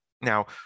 Now